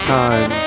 time